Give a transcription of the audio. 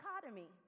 dichotomy